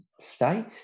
state